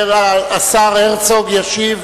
השר הרצוג ישיב